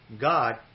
God